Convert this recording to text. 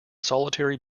solitary